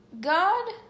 God